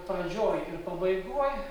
pradžioj ir pabaigoj